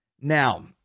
Now